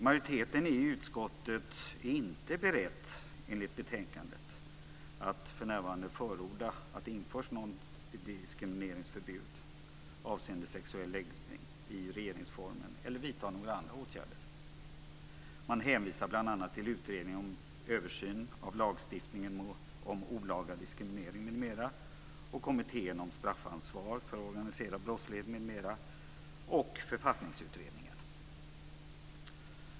Majoriteten i utskottet är enligt betänkandet inte beredd att förorda att det införs något diskrimineringsförbud avseende sexuell läggning i regeringsformen eller vidta några andra åtgärder. Man hänvisar bl.a. till Utredningen om översyn av lagstiftningen om olaga diskriminering m.m., Kommittén om straffansvar för organiserad brottslighet m.m. och Författningsutredningen.